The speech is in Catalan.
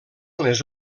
les